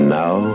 now